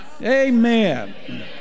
Amen